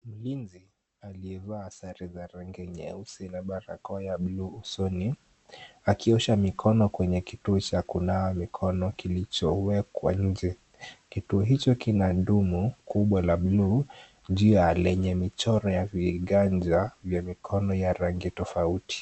Mlinzi aliyevaa sare za rangi nyeusi na barakoa ya buluu usoni akiosha mikono kwenye kituo cha kunawa mikono kilichowekwa nje. Kituo hicho kina dumu kubwa la buluu juu ya lenye michoro ya viganja ya mikono ya rangi tofauti.